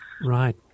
Right